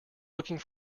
looking